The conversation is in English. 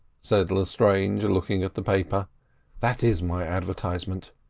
said lestrange, looking at the paper that is my advertisement.